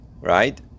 right